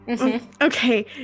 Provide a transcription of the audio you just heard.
Okay